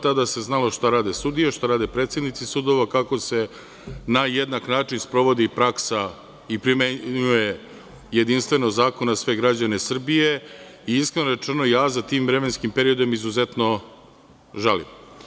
Tada se znalo šta rade sudije, šta rade predsednici sudova, kako se na jednak način sprovodi praksa i primenjuje jedinstveno zakon na sve građane Srbije i, iskreno rečeno, ja za tim vremenskim periodom izuzetno žalim.